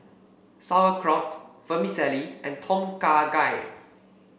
Sauerkraut Vermicelli and Tom Kha Gai